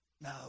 No